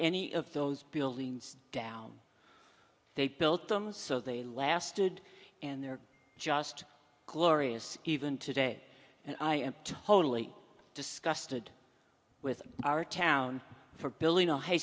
any of those buildings down they built them so they lasted and they're just glorious even today and i am totally disgusted with our town for building a high